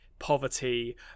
poverty